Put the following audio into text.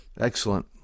Excellent